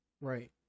right